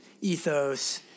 ethos